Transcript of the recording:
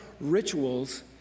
rituals